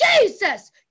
Jesus